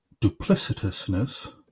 duplicitousness